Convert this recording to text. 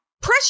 pressure